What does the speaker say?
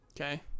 Okay